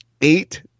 eight